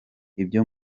ibyo